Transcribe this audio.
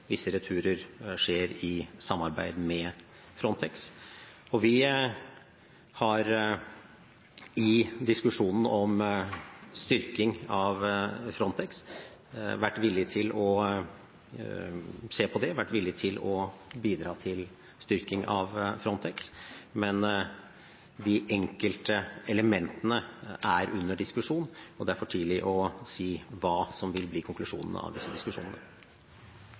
visse returer skjer i samarbeid med Frontex. Vi har i diskusjonen om styrking av Frontex vært villig til å se på det, vært villig til å bidra til styrking av Frontex. Men de enkelte elementene er under diskusjon, og det er for tidlig å si hva som vil bli konklusjonene av disse diskusjonene.